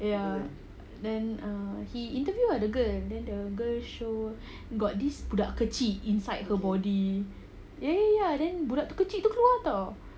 ya then uh he interview ah the girl then the girl show got this budak kecil inside her body eh ya then budak tu kecil tu keluar [tau]